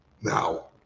now